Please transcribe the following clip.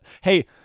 Hey